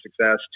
Success